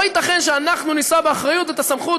לא ייתכן שאנחנו נישא באחריות ואת הסמכות